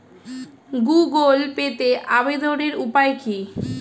Google পেতে আবেদনের উপায় কি?